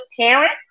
parent